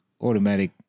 automatic